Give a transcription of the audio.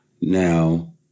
Now